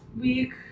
week